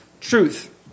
truth